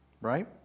Right